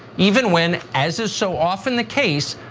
even when, as is so often the case,